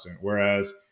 Whereas